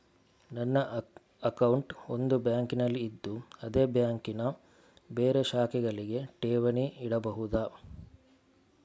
ನನ್ನ ಅಕೌಂಟ್ ಒಂದು ಬ್ಯಾಂಕಿನಲ್ಲಿ ಇದ್ದು ಅದೇ ಬ್ಯಾಂಕಿನ ಬೇರೆ ಶಾಖೆಗಳಲ್ಲಿ ಠೇವಣಿ ಇಡಬಹುದಾ?